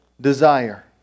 desire